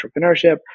Entrepreneurship